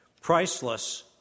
priceless